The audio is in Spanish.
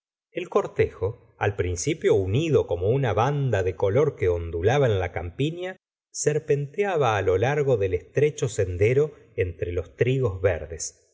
el cortejo al principio unido como una banda de color que ondulaba en la campiña serpenteaba lo largo del estrecho sendero entre los trigos verdes